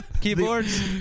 Keyboards